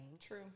true